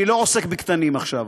אני לא עוסק בקטנים עכשיו.